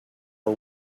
are